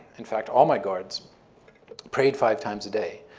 in fact, all my guards prayed five times a day,